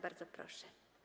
Bardzo proszę.